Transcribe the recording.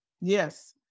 Yes